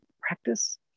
practice